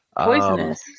Poisonous